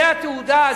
זה התעודה,